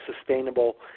sustainable